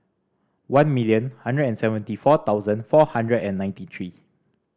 one million hundred and seventy four thousand four hundred and ninety three